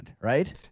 right